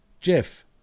Jeff